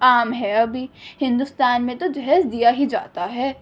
عام ہے ابھی ہندوستان میں تو جہیز دیا ہی جاتا ہے